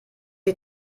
die